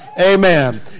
Amen